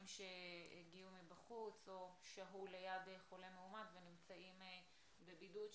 שהגיעו מבחוץ או שהו ליד חולה מאומת ונמצאים בבידוד,